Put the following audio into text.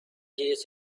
years